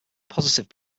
positive